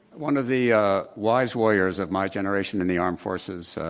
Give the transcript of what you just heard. one of the ah wise warriors of my generation in the armed forces,